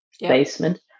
basement